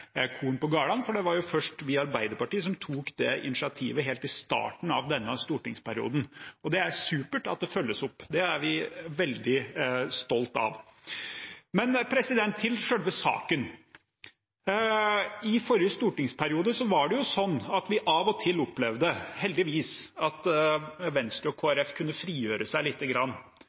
på gårdene. Det var vi i Arbeiderpartiet som først tok det initiativet helt i starten av denne stortingsperioden, og det er supert at det følges opp. Det er vi veldig stolt av. Men til selve saken: I forrige stortingsperiode var det sånn at vi av og til opplevde – heldigvis – at Venstre og Kristelig Folkeparti kunne frigjøre seg lite grann.